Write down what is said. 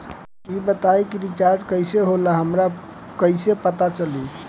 ई बताई कि रिचार्ज कइसे होला हमरा कइसे पता चली?